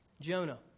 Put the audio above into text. Jonah